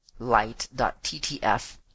light.ttf